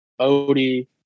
Odie